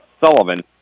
Sullivan